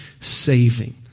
saving